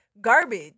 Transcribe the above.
garbage